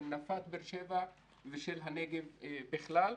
של נפת באר שבע ושל הנגב בכלל.